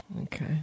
Okay